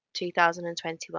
2021